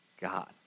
God